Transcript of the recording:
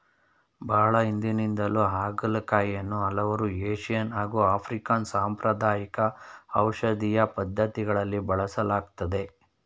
ಬಹಳ ಹಿಂದಿನಿಂದಲೂ ಹಾಗಲಕಾಯಿಯನ್ನು ಹಲವಾರು ಏಶಿಯನ್ ಹಾಗು ಆಫ್ರಿಕನ್ ಸಾಂಪ್ರದಾಯಿಕ ಔಷಧೀಯ ಪದ್ಧತಿಗಳಲ್ಲಿ ಬಳಸಲಾಗ್ತದೆ